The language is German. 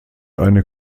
eine